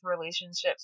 relationships